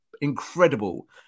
Incredible